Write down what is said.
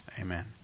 Amen